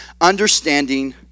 understanding